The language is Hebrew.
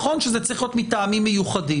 נכון שזה צריך להיות מטעמים מיוחדים,